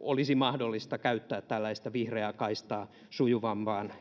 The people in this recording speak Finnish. olisi mahdollista käyttää tällaista vihreää kaistaa sujuvampaan